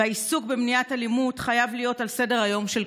והעיסוק במניעת אלימות חייב להיות על סדר-היום של כולנו: